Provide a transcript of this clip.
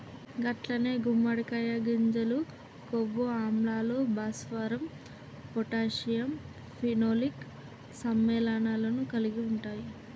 గట్లనే గుమ్మడికాయ గింజలు కొవ్వు ఆమ్లాలు, భాస్వరం పొటాషియం ఫినోలిక్ సమ్మెళనాలను కలిగి ఉంటాయి